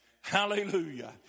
Hallelujah